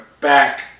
back